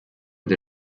der